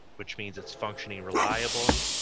which means it's functioning reliably,